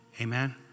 Amen